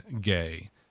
gay